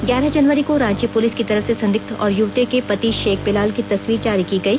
ग्यारह जनवरी रांची पुलिस की तरफ से संदिग्ध और युवती के पहले पति शेख बेलाल की तस्वीर जारी की गई